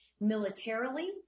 militarily